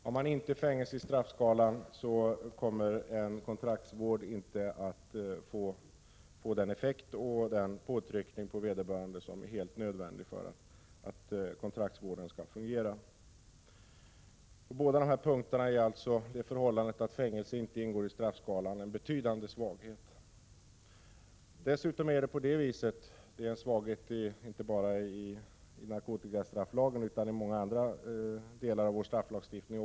Utan fängelse i straffskalan kommer en kontraktsvård inte att få den effekt och utgöra den påtryckning på vederbörande som är nödvändig för att vården skall fungera. Mot bakgrund av dessa båda punkter är alltså det förhållandet att fängelse inte ingår i straffskalan en betydande svaghet. Detta är en svaghet som inte enbart finns i narkotikastrafflagen utan även förekommer i andra delar av vår strafflagstiftning.